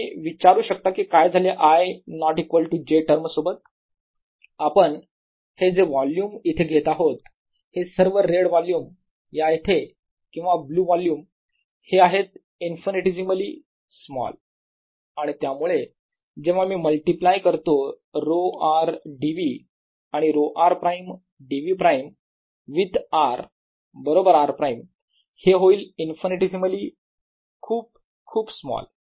तुम्ही विचारू शकता कि काय झाले i ≠ j टर्म सोबत आपण हे जे वोल्युम इथे घेत आहोत हे सर्व रेड वॉल्यूम या इथे किंवा ब्लू वॉल्यूम हे आहेत इन्फान्यटीसीमल स्मॉल आणि त्यामुळे जेव्हा मी मल्टिप्लाय करतो ρ r dv आणि ρ r prime d v prime with r बरोबर r प्राईम हे होईल इन्फान्यटीसीमली खूप खूप स्मॉल